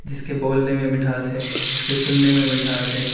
جس کے بولنے میں مٹھاس ہے جس کے سننے میں مٹھاس ہے